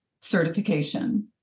certification